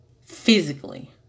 physically